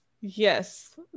Yes